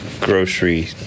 Grocery